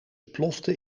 plofte